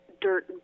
dirt